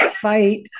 fight